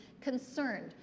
concerned